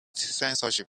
censorship